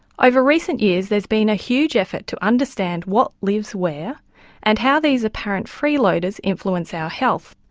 over recent years there has been a huge effort to understand what lives where and how these apparent freeloaders influence our health.